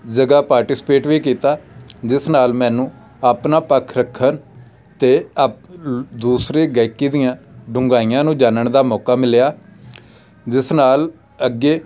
ਜਗ੍ਹਾ ਪਾਰਟੀਸਪੇਟ ਵੀ ਕੀਤਾ ਜਿਸ ਨਾਲ ਮੈਨੂੰ ਆਪਣਾ ਪੱਖ ਰੱਖਣ ਅਤੇ ਅਪ ਦੂਸਰੇ ਗਾਇਕੀ ਦੀਆਂ ਡੁੰਘਾਈਆਂ ਨੂੰ ਜਾਣਨ ਦਾ ਮੌਕਾ ਮਿਲਿਆ ਜਿਸ ਨਾਲ ਅੱਗੇ